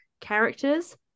characters